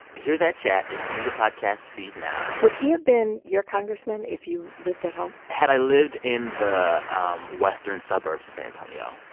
hear that chat. it's in your podcast feed now would he have been your congressman if you lived at home? had i lived in the um western suburbs of san antonio.